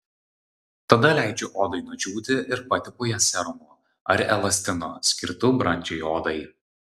tada leidžiu odai nudžiūti ir patepu ją serumu ar elastinu skirtu brandžiai odai